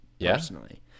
personally